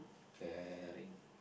caring